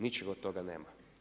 Ničeg od toga nema.